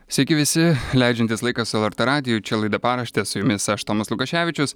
sveiki visi leidžiantys laiką su lrt radiju čia laida paraštės su jumis aš tomas lukaševičius